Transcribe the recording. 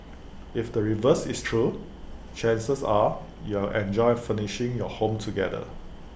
if the reverse is true chances are you'll enjoy furnishing your home together